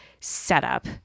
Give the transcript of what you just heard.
setup